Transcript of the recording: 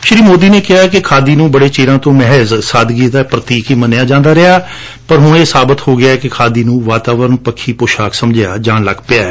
ਸ੍ਰੀ ਸੋਦੀ ਨੇ ਕਿਹਾ ਕਿ ਖਾਦੀ ਨੂੰ ਬੜੈ ਚਿਰਾਂ ਤੋਂ ਮਹਿਜ਼ ਸਾਦਗੀ ਦਾ ਪ੍ਤੀਕ ਹੀ ਮੰਨਿਆ ਜਾਂਦਾ ਰਿਹੈ ਪਰ ਹੁਣ ਇਹ ਸਾਬਤ ਹੋ ਗਿਐ ਕਿ ਖਾਦੀ ਨੂੰ ਹੁਣ ਵਾਤਾਵਰਣ ਪੱਖੀ ਪੌਸ਼ਾਕ ਸਮਝਿਆ ਜਾਣ ਲੱਗ ਪਿਐ